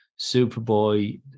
superboy